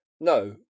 no